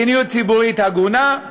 מדיניות ציבורית הגונה,